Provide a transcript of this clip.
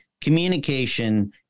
communication